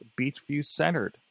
Beachview-centered